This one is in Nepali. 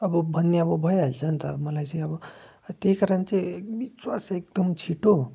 अब भन्ने अब भइहाल्छ नि त अब मलाई चाहिँ अब त्यही कारण चाहिँ विश्वास एकदम छिट्टो